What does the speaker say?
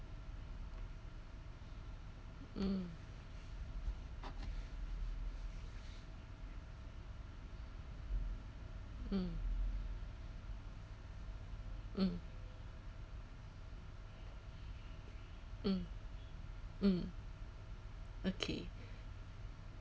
mm mm mm mm mm okay